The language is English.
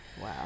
Wow